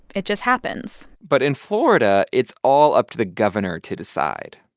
it just happens but in florida, it's all up to the governor to decide.